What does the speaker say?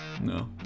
No